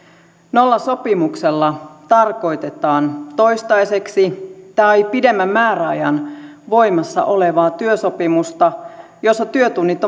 nollasopimuksella tarkoitetaan toistaiseksi tai pidemmän määräajan voimassa olevaa työsopimusta jossa työtunnit